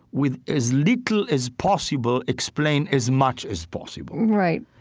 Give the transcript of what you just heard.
with as little as possible, explain as much as possible right